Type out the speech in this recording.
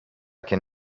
can